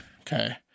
Okay